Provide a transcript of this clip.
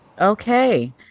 Okay